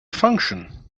function